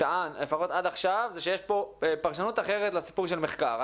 טען לפחות עד עכשיו הוא שיש פה פרשנות אחרת לסיפור של מחקר.